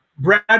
Brad